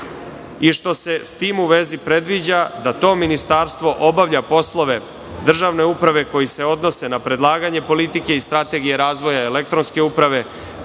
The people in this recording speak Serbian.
i što se sa tim u vezi predviđa da to ministarstvo obavlja poslove državne uprave koji se odnose na predlaganje politike i strategije razvoja elektronske uprave,